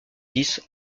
dix